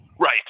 Right